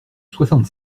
soixante